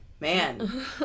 Man